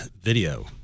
video